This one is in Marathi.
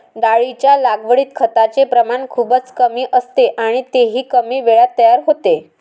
डाळींच्या लागवडीत खताचे प्रमाण खूपच कमी असते आणि तेही कमी वेळात तयार होते